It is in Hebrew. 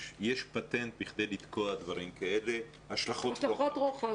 יש פטנט בכדי לתקוע דברים כאלה השלכות רוחב.